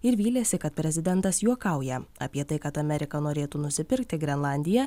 ir vylėsi kad prezidentas juokauja apie tai kad amerika norėtų nusipirkti grenlandiją